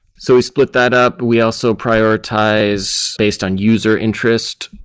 so we split that up. we also prioritize based on user interest.